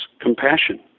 compassion